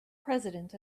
president